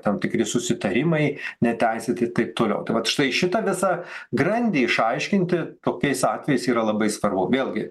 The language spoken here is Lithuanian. tam tikri susitarimai neteisėti taip toliau tai vat štai šitą visą grandį išaiškinti tokiais atvejais yra labai svarbu vėlgi